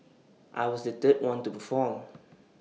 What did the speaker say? I was the third one to perform